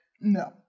No